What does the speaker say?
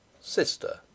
Sister